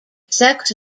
saxe